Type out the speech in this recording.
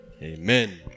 Amen